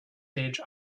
age